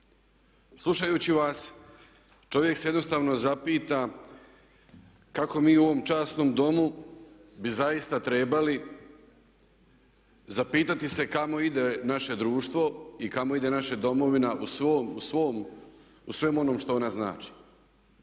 Slušajući vas čovjek se jednostavno zapita kako mi u ovom časnom Domu bi zaista trebali zapitati se kamo ide naše društvo i kamo ide naša domovina u svemu onom što ona znači.